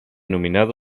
nominada